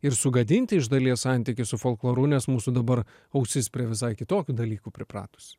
ir sugadinti iš dalies santykį su folkloru nes mūsų dabar ausis prie visai kitokių dalykų pripratus